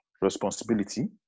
responsibility